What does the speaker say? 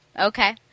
Okay